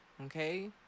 Okay